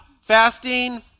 fasting